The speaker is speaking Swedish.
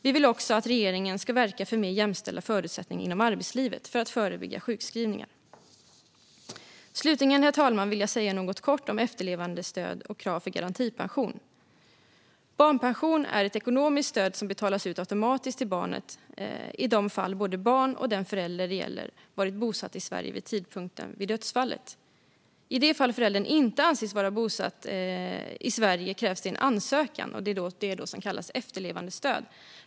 Vi vill också att regeringen ska verka för mer jämställda förutsättningar i arbetslivet för att förebygga sjukskrivningar. Herr ålderspresident! Jag vill säga något kort om efterlevandestöd och krav för garantipension. Barnpension är ett ekonomiskt stöd som betalas ut automatiskt till barnet i de fall både barn och den förälder det gäller varit bosatta i Sverige vid tidpunkten för dödsfallet. I det fall föräldern inte anses vara bosatt i Sverige krävs det en ansökan, och det är det som kallas efterlevandestöd.